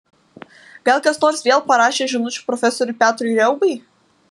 gal kas nors vėl parašė žinučių profesoriui petrui riaubai